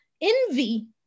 envy